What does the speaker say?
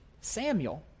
Samuel